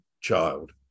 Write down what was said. child